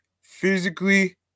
physically